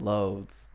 Loads